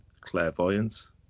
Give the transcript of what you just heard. clairvoyance